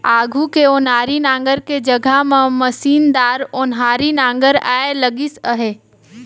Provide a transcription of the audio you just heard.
आघु के ओनारी नांगर के जघा म मसीनदार ओन्हारी नागर आए लगिस अहे